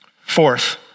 Fourth